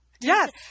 Yes